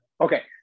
Okay